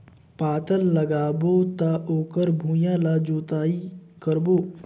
पातल लगाबो त ओकर भुईं ला जोतई करबो?